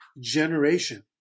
generation